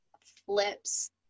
flips